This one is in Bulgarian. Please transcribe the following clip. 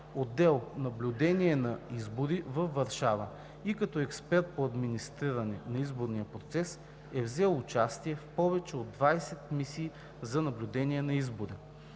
отдел „Наблюдение на избори във Варшава“ и като експерт по администриране на изборния процес е взел участие в повече от 20 мисии за наблюдение на избори.